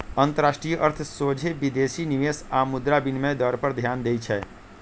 अंतरराष्ट्रीय अर्थ सोझे विदेशी निवेश आऽ मुद्रा विनिमय दर पर ध्यान देइ छै